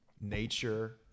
nature